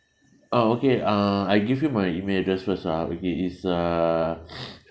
uh okay ah I give you my email address first ah okay it's a